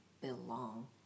belong